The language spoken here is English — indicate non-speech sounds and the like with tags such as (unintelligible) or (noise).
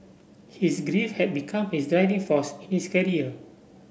his grief had become his driving force in his (unintelligible)